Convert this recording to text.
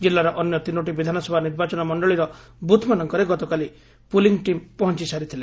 ଜିଲ୍ଲାର ଅନ୍ୟ ତିନୋଟି ବିଧାନସଭା ନିର୍ବାଚନ ମଂଡ଼ଳୀର ବୁଥ ମାନଙ୍କରେ ଗତ କାଲି ପୋଲିଂ ଟିମ ପହଂଚି ସାରିଛନ୍ତି